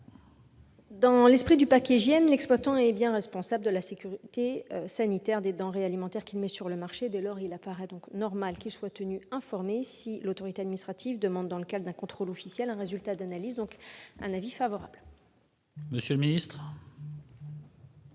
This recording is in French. Dans l'esprit du paquet Hygiène, l'exploitant est bien responsable de la sécurité sanitaire des denrées alimentaires qu'il met sur le marché. Dès lors, il paraît normal qu'il soit tenu informé si l'autorité administrative demande, dans le cadre d'un contrôle officiel, un résultat d'analyse. La commission est donc favorable à